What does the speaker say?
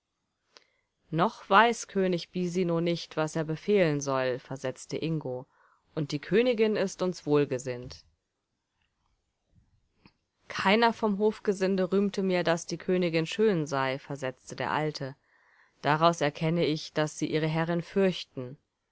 noch weiß könig bisino nicht was er befehlen soll versetzte ingo und die königin ist uns wohlgesinnt keiner vom hofgesinde rühmte mir daß die königin schön sei versetzte der alte daraus erkenne ich daß sie ihre herrin fürchten